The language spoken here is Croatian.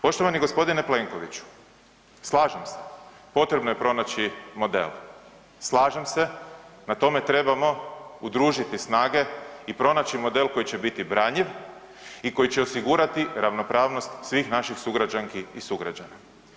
Poštovani g. Plenkoviću, slažem se potrebno je pronaći model, slažem se na tome trebamo udružiti snage i pronaći model koji će biti branjiv i koji će osigurati ravnopravnost svih naših sugrađanki i sugrađana.